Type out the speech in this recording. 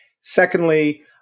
Secondly